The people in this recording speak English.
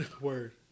Word